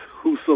Whoso